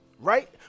right